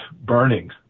burning